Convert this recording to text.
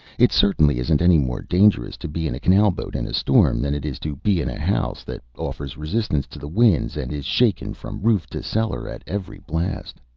it certainly isn't any more dangerous to be in a canal-boat in a storm than it is to be in a house that offers resistance to the winds, and is shaken from roof to cellar at every blast.